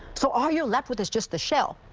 so all you're left with is just the shell.